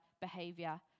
behavior